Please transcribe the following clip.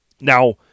Now